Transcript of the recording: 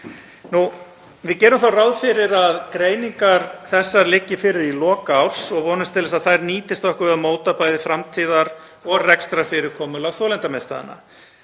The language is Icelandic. Við gerum þá ráð fyrir að greiningar þessar liggi fyrir í lok árs og vonumst til að þær nýtist okkur við að móta bæði framtíðar- og rekstrarfyrirkomulag þolendamiðstöðva.